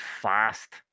fast